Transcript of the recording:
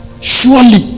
Surely